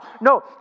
No